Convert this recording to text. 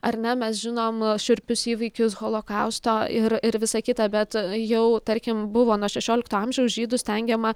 ar ne mes žinom šiurpius įvykius holokausto ir ir visa kita bet jau tarkim buvo nuo šešiolikto amžiaus žydų stengiama